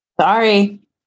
Sorry